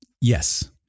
yes